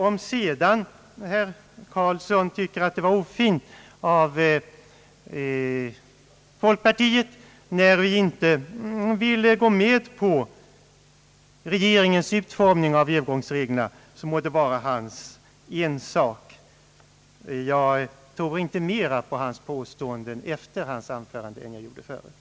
Om sedan herr Göran Karlsson tycker att det var ofint av folkpartiet att inte vilja gå med på regeringens utformning av övergångsreglerna må det vara hans ensak. Jag tror inte mera på hans påståenden efter hans anförande än jag gjorde tidigare.